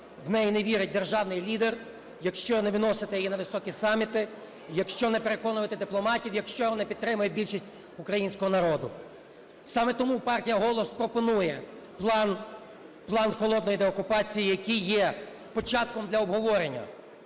в неї не вірить державний лідер, якщо не виносити її на високі саміти, якщо не переконувати дипломатів і якщо не підтримує більшість українського народу. Саме тому партія "Голос" пропонує план. План холодної деокупації, який є початком для обговорення.